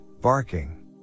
barking